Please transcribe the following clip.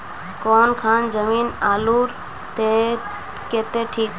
कौन खान जमीन आलूर केते ठिक?